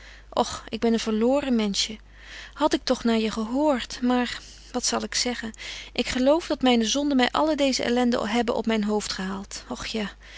och ik ben een verloren menschje had ik toch naar je gehoort maar wat zal ik zeggen ik geloof dat myne zonden my alle deeze elenden hebben op myn hoofd gehaald och ja